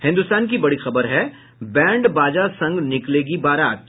हिन्दुस्तान की बड़ी खबर है बैंड बाजा संग निकलेगी बारात